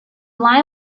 line